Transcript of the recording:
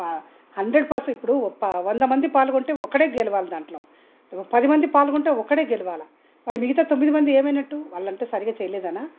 ప hundred percent ఇప్పుడు వంద మంది పాల్గొంటే ఒక్కడే గెలవాలి దాంట్లో పది మంది పాల్గొంటే ఒక్కడే గెలవాలి మరి మిగతా తొమ్మిది మంది ఏమైనట్టు వాళ్ళంతా సరిగ్గా చేయలేదనా